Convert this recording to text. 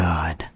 God